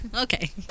Okay